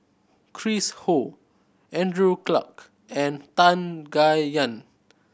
Chris Ho Andrew Clarke and Tan Gai Yan